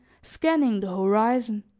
scanning the horizon.